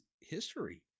history